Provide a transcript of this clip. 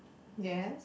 yes